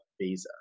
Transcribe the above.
visa